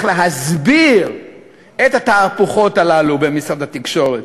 להסביר את התהפוכות הללו במשרד התקשורת?